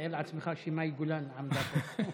תאר לעצמך שמאי גולן עמדה פה.